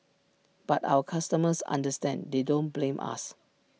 but our customers understand they don't blame us